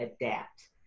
adapt